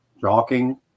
jogging